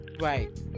right